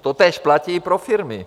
Totéž platí i pro firmy.